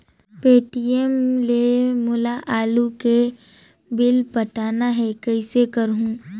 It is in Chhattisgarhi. पे.टी.एम ले मोला आलू के बिल पटाना हे, कइसे करहुँ?